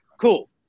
Cool